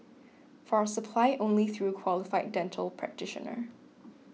for supply only through qualified dental practitioner